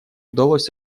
удалось